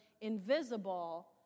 invisible